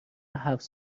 هفت